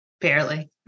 Barely